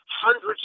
hundreds